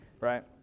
Right